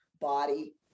body